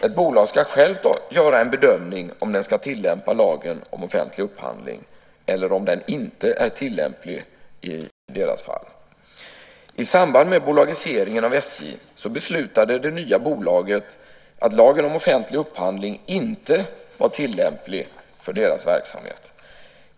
Ett bolag ska självt göra en bedömning om det ska tillämpa lagen om offentlig upphandling eller om den inte är tillämplig i deras fall. I samband med bolagiseringen av SJ beslutade det nya bolaget att lagen om offentlig upphandling inte var tillämplig för dess verksamhet.